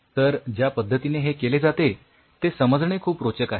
तर ज्या पद्धतीने हे केले जाते ते समजणे खूप रोचक आहे